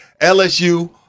LSU